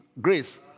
grace